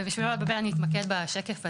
ובשביל לא לבלבל אני אתמקד בשקף הזה,